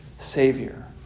Savior